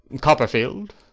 Copperfield